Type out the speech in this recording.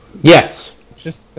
Yes